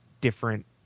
different